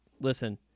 listen